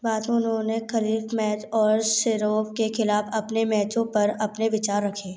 बाद में उन्होंने खलीफ मैन और शिरोव के खिलाफ अपने मैचों पर अपने विचार रखे